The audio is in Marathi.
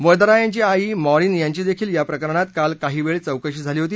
वद्रा यांची आई मॉरिन यांची देखील या प्रकरणात काल काही वेळ चौकशी झाली होती